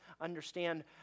understand